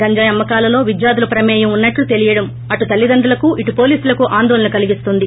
గంజాయి అమ్మకాలలో విద్యార్థుల ప్రమేయం ఉన్నట్లు తెలియడం అటు తల్లిదండ్రులకుఇటు పోలీసులకు ఆందోళన కలిగిస్తోంది